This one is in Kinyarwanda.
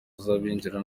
z’abinjira